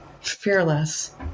fearless